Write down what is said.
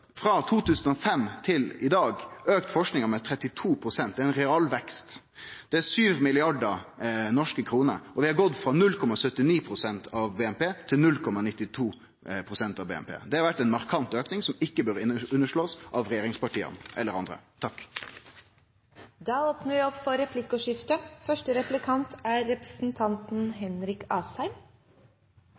frå 2005 til i dag auka forskinga med 32 pst. – ein realvekst. Det er 7 mrd. norske kroner. Det har gått frå 0,79 pst. av BNP til 0,92 pst. av BNP. Det har vore ein markant auke, som regjeringspartia eller andre ikkje bør underslå. Det blir replikkordskifte. Representanten Knag Fylkesnes snakket varmt om SVs lærerløft, og det er for